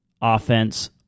offense